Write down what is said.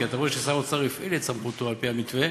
כי אתה רואה ששר האוצר הפעיל את סמכותו על-פי המתווה